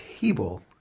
table